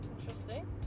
interesting